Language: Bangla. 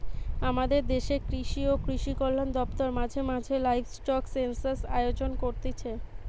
আমদের দেশের কৃষি ও কৃষিকল্যান দপ্তর মাঝে মাঝে লাইভস্টক সেনসাস আয়োজন করতিছে